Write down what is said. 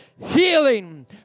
healing